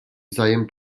wzajem